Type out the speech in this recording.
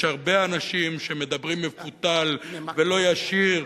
יש הרבה אנשים שמדברים מפותל ולא ישיר,